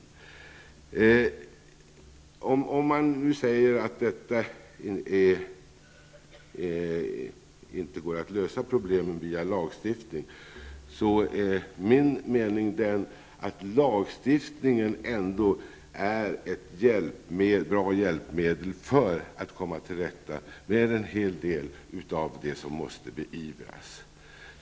När man säger att det inte går att lösa problemen genom lagstiftning vill jag framhålla att lagstiftningen ändå är ett bra hjälpmedel för att komma till rätta med en hel del av det som måste beivras.